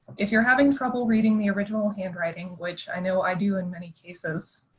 if you're having trouble reading the original handwriting, which i know i do in many cases,